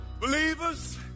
Believers